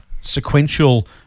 sequential